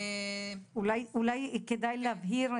אולי כדאי להבהיר,